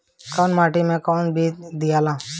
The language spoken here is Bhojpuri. कौन माटी मे कौन बीज दियाला?